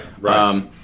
right